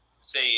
say